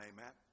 Amen